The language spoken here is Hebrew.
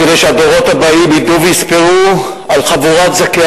כדי שהדורות הבאים ידעו ויספרו על חבורת זכי